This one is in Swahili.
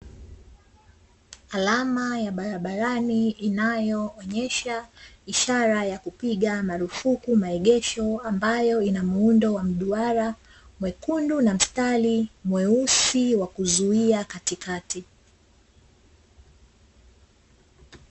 Alama ya barabarani inayoonyesha ishara ya kupiga marufuku maegesho, ambayo inamuundo wa mduara mwekundu na mstari mweusi wa kuzuia katikati.